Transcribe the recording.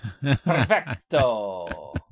Perfecto